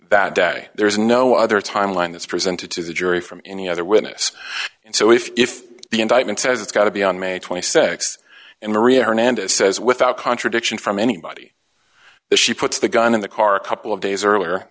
that day there's no other timeline that's presented to the jury from any other witness and so if the indictment says it's got to be on may th and maria hernandez says without contradiction from anybody that she puts the gun in the car a couple of days earlier